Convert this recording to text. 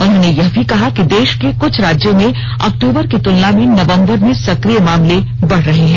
उन्होंने यह भी कहा कि देश को कुछ राज्यों में अक्टूबर की तुलना में नवंबर में सक्रिय मामले बढ़ रहे हैं